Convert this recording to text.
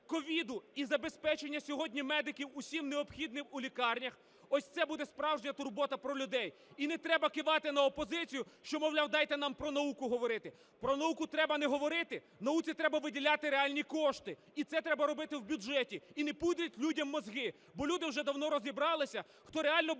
COVID і забезпечення сьогодні медиків усім необхідним у лікарнях. Ось це буде справжня турбота про людей. І не треба кивати на опозицію, що, мовляв, дайте нам про науку говорити. Про науку треба не говорити, науці треба виділяти реальні кошти і це треба робити в бюджеті, і не пудріть людям мізки, бо люди вже давно розібралися, хто реально